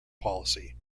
policy